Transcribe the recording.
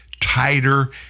tighter